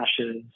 ashes